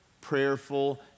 prayerful